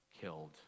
killed